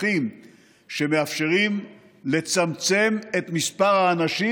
שטחים שמאפשרים לצמצם את מספר האנשים